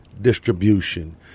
distribution